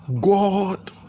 God